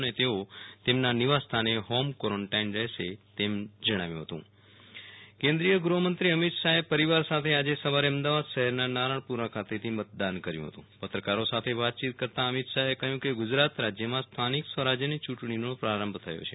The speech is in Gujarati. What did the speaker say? અને તેઓ તેમના નિવાસ્થાને હોમકવોરન્ટાઈન રહેશે તેમ જણાવ્યુ હતું કેન્દ્રીય ગૃહમંત્રી અમિતશાહે પરિવાર સાથે આજે સવારે અમદાવાદ શહેરના નારણપુ રા ખાતેથી મતદાન કર્યું હતું પત્રકારો સાથે વાતયીત કરતા અમિત શાહે કહ્યું હતું કે ગુજરાત રાજયમાં સ્થાનિક સ્વરાજયની યુંટણીનો પ્રારંભ થયો છે